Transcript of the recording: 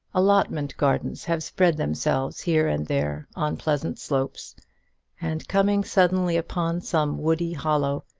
allotment gardens have spread themselves here and there on pleasant slopes and coming suddenly upon some woody hollow,